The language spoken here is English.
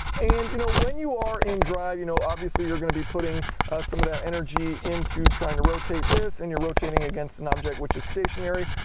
and you know when you are in drive, you know obviously you're going to be putting some of that energy into trying to rotate this, and you're rotating against an object which is stationary,